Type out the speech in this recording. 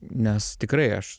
nes tikrai aš